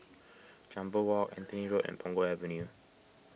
Jambol Walk Anthony Road and Punggol Avenue